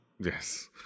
Yes